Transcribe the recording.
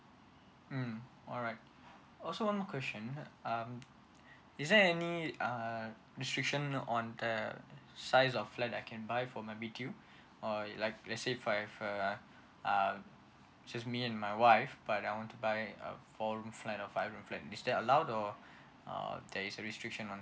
mm alright also one more question um is there any uh restriction on the size of flat that I can buy for my BTO or like let's say five uh uh just me and my wife but I want to buy a four room flat or five room flat is that allowed or uh there's a restriction on